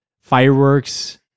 Fireworks